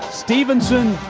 stephenson,